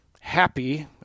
happy